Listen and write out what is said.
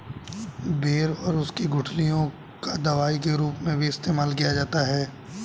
बेर और उसकी गुठलियों का दवाई के रूप में भी इस्तेमाल किया जाता है